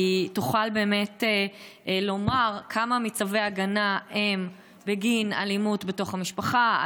תוכל לומר כמה מצווי ההגנה הם בגין אלימות בתוך המשפחה,